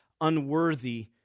unworthy